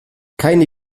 keine